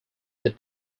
their